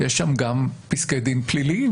יש שם גם פסקי דין פליליים.